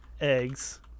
eggs